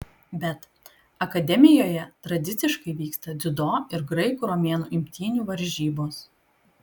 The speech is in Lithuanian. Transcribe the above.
bet akademijoje tradiciškai vyksta dziudo ir graikų romėnų imtynių varžybos